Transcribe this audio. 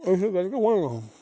أسۍ چھِ گرِکیٚن وُنۍ ونان